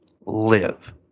live